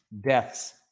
deaths